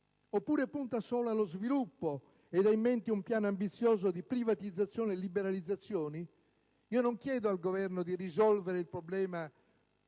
Oppure punta solo allo sviluppo ed ha in mente un piano ambizioso di privatizzazioni e liberalizzazioni? Non chiedo al Governo di risolvere il problema